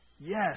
Yes